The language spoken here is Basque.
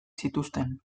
zituzten